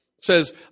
says